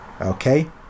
okay